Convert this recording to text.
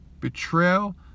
betrayal